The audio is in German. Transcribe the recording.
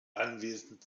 anwesend